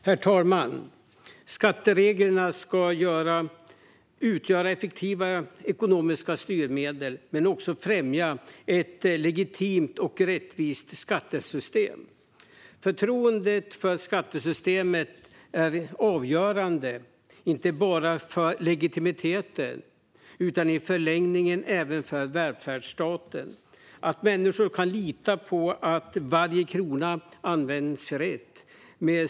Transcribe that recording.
Herr talman! Skattereglerna ska utgöra effektiva ekonomiska styrmedel men också främja ett legitimt och rättvist skattesystem. Förtroendet för skattesystemet är avgörande inte bara för legitimiteten utan i förlängningen även för välfärdsstaten. Människor ska kunna lita på att varje krona används rätt.